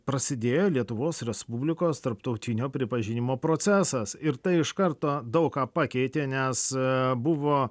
prasidėjo lietuvos respublikos tarptautinio pripažinimo procesas ir tai iš karto daug ką pakeitė nes a buvo